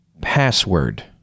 password